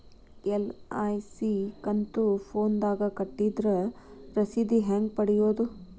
LIC ಕಂತು ಫೋನದಾಗ ಕಟ್ಟಿದ್ರ ರಶೇದಿ ಹೆಂಗ್ ಪಡೆಯೋದು?